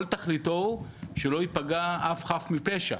כל תכליתו היא שלא ייפגע אף חף מפשע,